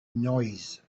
noise